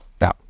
Now